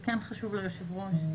זה כן חשוב ליושב-ראש.